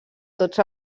tots